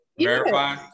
verify